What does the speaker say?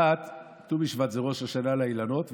ט"ו בשבט הוא ראש השנה לאילנות,